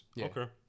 Okay